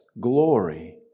glory